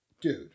Dude